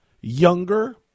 Younger